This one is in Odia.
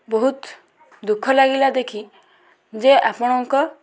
ବହୁତ ଦୁଃଖ ଲାଗିଲା ଦେଖି ଯେ ଆପଣଙ୍କ